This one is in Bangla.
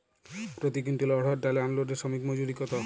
প্রতি কুইন্টল অড়হর ডাল আনলোডে শ্রমিক মজুরি কত?